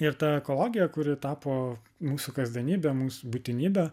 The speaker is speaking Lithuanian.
ir ta ekologiją kuri tapo mūsų kasdienybe mūsų būtinybe